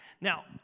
Now